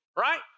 right